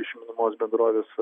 iš minimos bendrovės